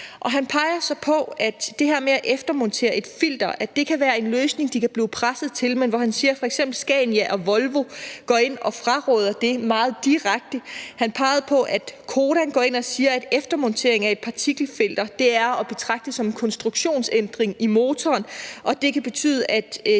at det her med at eftermontere et filter kan være en løsning, de kan blive presset til, men han siger, at f.eks. Scania og Volvo går ind og fraråder det meget direkte. Han peger på, at Codan går ind og siger, at eftermontering af et partikelfilter er at betragte som en konstruktionsændring i motoren,